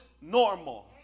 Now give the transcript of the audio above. normal